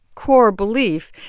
core belief.